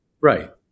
Right